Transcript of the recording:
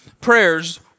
prayers